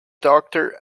doctor